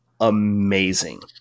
amazing